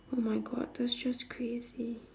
oh my god that's just crazy